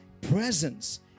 presence